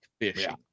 fishing